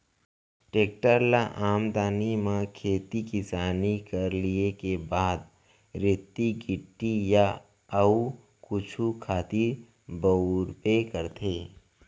tractor ल आदमी मन खेती किसानी कर लिये के बाद रेती गिट्टी या अउ कुछु खातिर बउरबे करथे